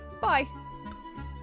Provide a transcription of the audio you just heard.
Bye